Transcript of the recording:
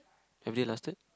have they lasted